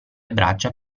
braccia